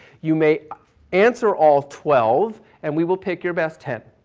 you may answer all twelve and we will take your best ten.